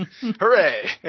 Hooray